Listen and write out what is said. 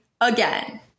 again